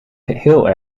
heel